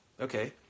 Okay